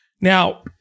Now